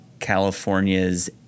California's